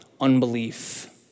unbelief